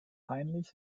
wahrscheinlich